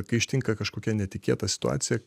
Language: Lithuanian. kai ištinka kažkokia netikėta situacija